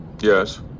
Yes